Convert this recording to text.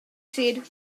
said